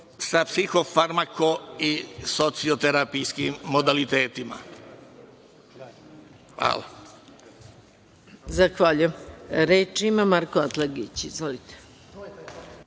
sa psihofarmako i socioterapijskim modalitetima. Hvala.